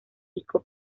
pico